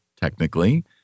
technically